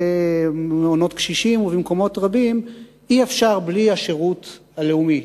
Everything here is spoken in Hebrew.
במעונות קשישים ובמקומות רבים אי-אפשר בלי השירות הלאומי,